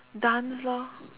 dance lor